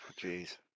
Jeez